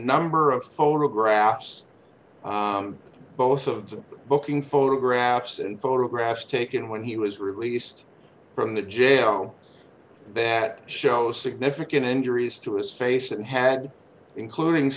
number of photographs both of them booking photographs and photographs taken when he was released from the jail that shows significant injuries to his face and had including